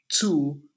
two